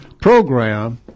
program